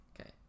Okay